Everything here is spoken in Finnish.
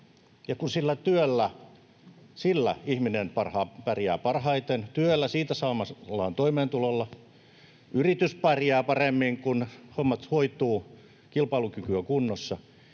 työllä ihminen pärjää parhaiten — työllä, siitä saamallaan toimeentulolla. Yritys pärjää paremmin, kun hommat hoituvat, kilpailukyky on kunnossa.